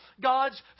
God's